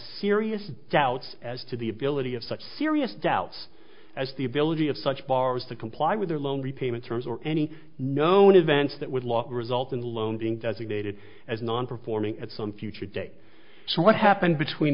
serious doubts as to the ability of such serious doubts as the ability of such borrowers to comply with their loan repayment terms or any known events that would log result in the loan being designated as non performing at some future date so what happened between